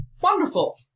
Wonderful